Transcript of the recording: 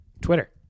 Twitter